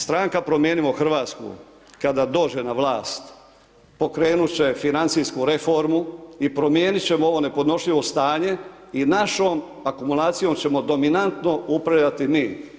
Stranka Promijenimo Hrvatsku kada dođe na vlast, pokrenut će financijsku reformu i promijenit ćemo ovo nepodnošljivo stanje i našom akumulacijom ćemo dominantno upravljati mi.